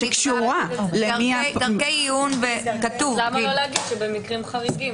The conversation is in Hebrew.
למה לא לומר: במקרים חריגים?